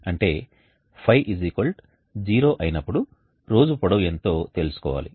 అంటే ϕ0 అయినప్పుడు రోజు పొడవు ఎంతో తెలుసుకోవాలి